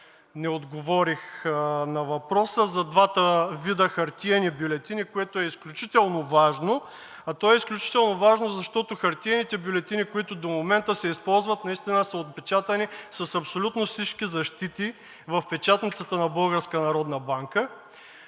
не отговорих на въпроса за двата вида хартиени бюлетини, което е изключително важно, а то е изключително важно, защото хартиените бюлетини, които до момента се използват, наистина са отпечатани с абсолютно всички защити в печатницата на